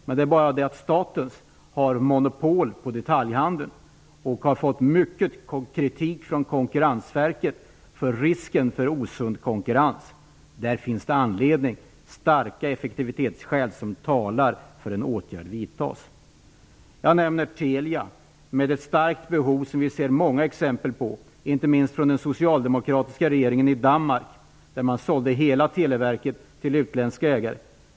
Men staten har monopol på detaljhandeln och har fått mycken kritik från Konkurrensverket för risken för osund konkurrens. Där finns starka effektivitetsskäl som talar för att en åtgärd vidtas. Jag nämner Telia, där det finns ett starkt behov. Vi ser många exempel på det, inte minst när den socialdemokratiska regeringen i Danmark sålde hela televerket till utländska ägare.